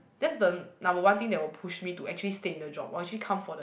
that's the number one thing that will push me to actually stay in the job or actually come for the